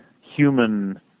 human